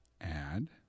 Add